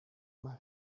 más